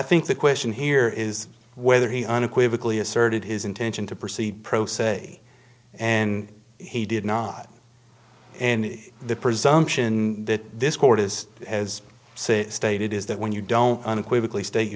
think the question here is whether he unequivocally asserted his intention to proceed pro se and he did not and the presumption that this court is as i say stated is that when you don't unequivocal state